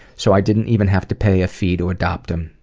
so i didn't even have to pay a fee to adopt him.